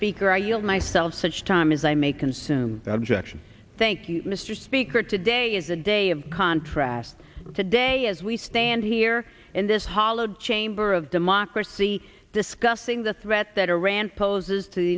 speaker i yield myself such time as i may consume that objection thank you mr speaker today is a day of contrast today as we stand here in this hollowed chamber of democracy discussing the threat that iran poses to the